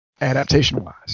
adaptation-wise